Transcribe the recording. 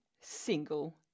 single